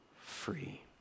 free